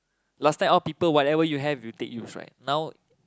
last time all people whatever you have you take use right now